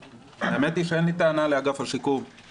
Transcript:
האמת היא שאין לי טענה לאגף השיקום,